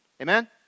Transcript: Amen